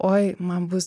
oi man bus